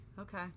Okay